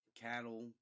cattle